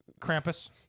Krampus